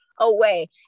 away